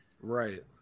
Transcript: Right